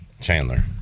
chandler